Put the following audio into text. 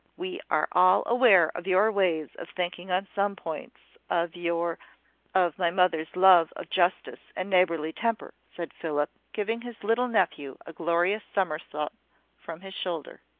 we are all aware of your ways of thinking on some points of your of my mother's love of justice and neighbourly temper, said philip, giving his little nephew a glorious somerset from his shoulder.